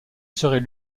serait